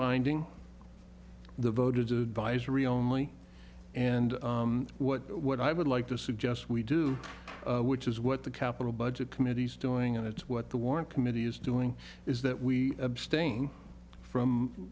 binding the voted to advise re only and what what i would like to suggest we do which is what the capital budget committees doing and it's what the warren committee is doing is that we abstain from